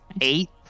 eight